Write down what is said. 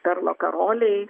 perlo karoliai